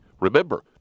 Remember